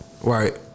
Right